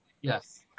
Yes